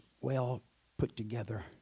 well-put-together